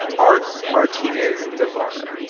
art martinez de vara.